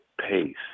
pace